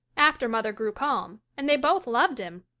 after mother grew calm, and they both loved him.